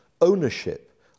ownership